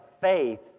faith